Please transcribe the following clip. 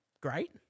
great